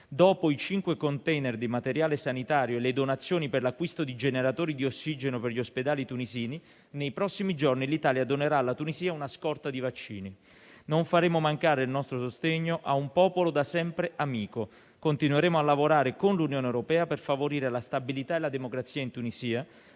Dopo i cinque *container* di materiale sanitario e le donazioni per l'acquisto di generatori di ossigeno per gli ospedali tunisini, nei prossimi giorni l'Italia donerà alla Tunisia una scorta di vaccini. Non faremo mancare il nostro sostegno a un popolo da sempre amico e continueremo a lavorare con l'Unione europea per favorire la stabilità e la democrazia in Tunisia,